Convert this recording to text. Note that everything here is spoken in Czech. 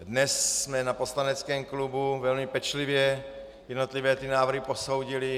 Dnes jsme na poslaneckém klubu velmi pečlivě jednotlivé návrhy posoudili.